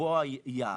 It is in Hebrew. לקבוע יעד.